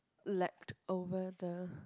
left over the